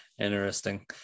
Interesting